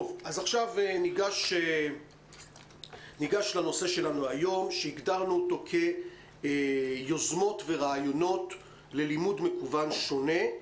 ניגש לנושא שלנו היום שהוגדר כיוזמות ורעיונות ללימוד מקוון שונה.